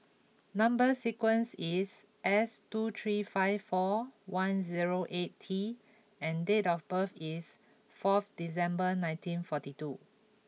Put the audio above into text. number sequence is S two three five four one zero eight T and date of birth is fourth December nineteen forty two